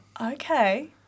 Okay